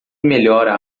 melhora